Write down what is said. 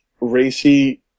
racy